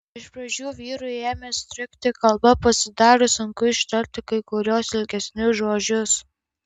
iš pradžių vyrui ėmė strigti kalba pasidarė sunku ištarti kai kuriuos ilgesnius žodžius